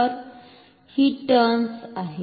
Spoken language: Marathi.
तर ही टर्न्स आहेत